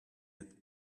had